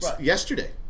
yesterday